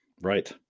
Right